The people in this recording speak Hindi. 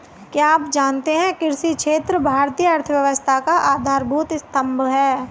क्या आप जानते है कृषि क्षेत्र भारतीय अर्थव्यवस्था का आधारभूत स्तंभ है?